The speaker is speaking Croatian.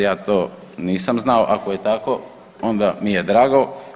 Ja to nisam znao, ako je tako onda mi je drago.